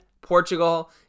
portugal